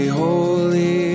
holy